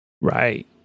Right